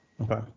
Okay